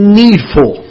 needful